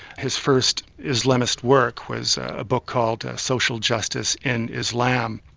his first islamist work was a book called social justice in islam,